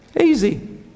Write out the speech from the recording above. Easy